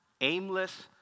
aimless